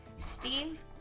steve